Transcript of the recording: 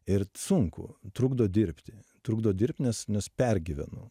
ir sunku trukdo dirbti trukdo dirbt nes nes pergyvenu